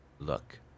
Look